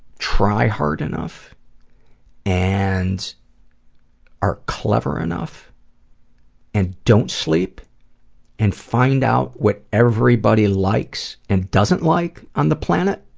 try hard enough and are clever enough and don't sleep and find out what everybody likes and doesn't like on the planet,